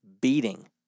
beating